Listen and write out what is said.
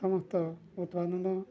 ସମସ୍ତ ଉତ୍ପାଦନ